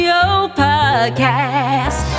Podcast